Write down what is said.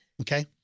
Okay